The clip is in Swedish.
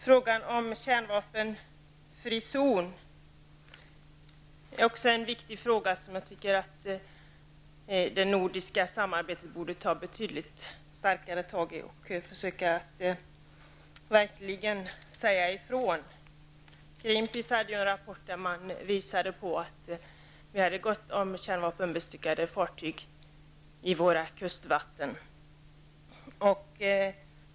Frågan om kärnvapenfri zon är också en viktig fråga som jag tycker att det nordiska samarbetet borde ta tag i betydligt starkare och verkligen försöka säga ifrån. Greenpeace har i en rapport visat att det finns gott om kärnvapenbestyckade fartyg i våra kustvatten.